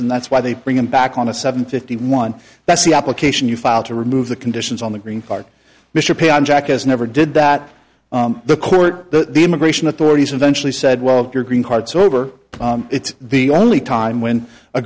and that's why they bring him back on a seven fifty one that's the application you filed to remove the conditions on the green card mr payen jack has never did that the court though the immigration authorities eventually said well if your green card sober it's the only time when a